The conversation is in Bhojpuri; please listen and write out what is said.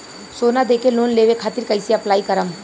सोना देके लोन लेवे खातिर कैसे अप्लाई करम?